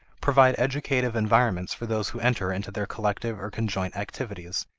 provide educative environments for those who enter into their collective or conjoint activities,